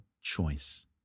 choice